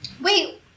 Wait